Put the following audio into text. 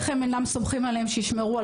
איך הם אינם סומכים עליהם שישמרו על